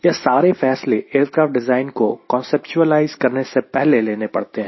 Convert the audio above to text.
यह सारे फैसले एयरक्राफ़्ट डिज़ाइन को कांसेप्चुलाइस करने से पहले लेने पड़ते हैं